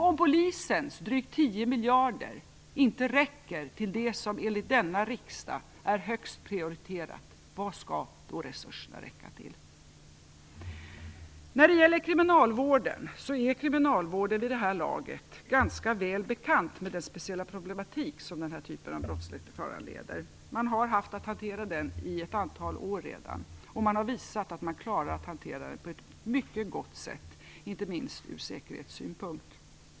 Om Polisens drygt 10 miljarder inte räcker till det som enligt denna riksdag är högst prioriterat, vad skall resurserna då räcka till? Kriminalvården är vid det här laget ganska väl bekant med den speciella problematik som denna typ av brottslighet föranleder. Man har haft att hantera den i ett antal år redan, och man har visat att man klarar att hantera den på ett mycket gott sätt, inte minst ur säkerhetssynpunkt.